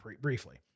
briefly